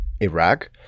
Iraq